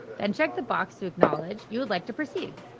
then check the box to acknowledge you would like to proceed.